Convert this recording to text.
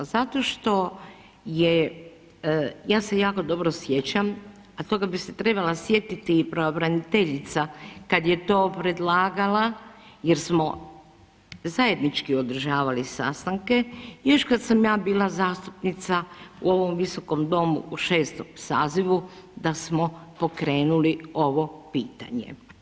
Zato što je ja se jako dobro sjećam, a toga bi se trebala sjetiti i pravobraniteljica kada je to predlagala jer smo zajednički održavali sastanke još kada sam ja bila zastupnica u ovom Visokom domu u 6. sazivu da smo pokrenuli ovo pitanje.